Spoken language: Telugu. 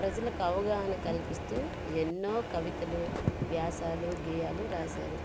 ప్రజలకు అవగాహన కల్పిస్తూ ఎన్నో కవితలు వ్యాసాలు గేయాలు రాశారు